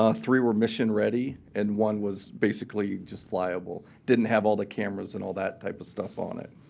ah three were mission ready and one was basically just flyable, didn't have all the cameras and all that type of stuff on it.